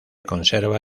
conserva